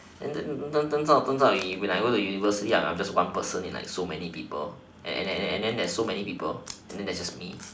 and then turn turns out turns out you when I go university ya I'm just one person in like so many people and then and then there is so many people and there is just me